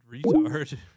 retard